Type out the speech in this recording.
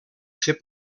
ser